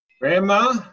Grandma